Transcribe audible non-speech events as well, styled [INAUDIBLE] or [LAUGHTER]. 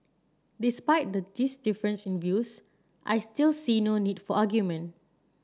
despite [UNINTELLIGIBLE] this difference in views I still see no need for argument